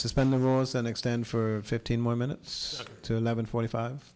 suspend the rules then extend for fifteen more minutes to eleven forty five